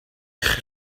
eich